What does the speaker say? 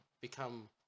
become